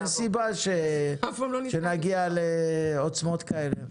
אין סיבה שנגיע לעוצמות כאלה.